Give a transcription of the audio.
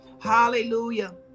hallelujah